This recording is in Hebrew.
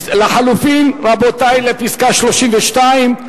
לחלופין, רבותי, הסתייגות 32,